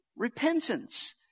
repentance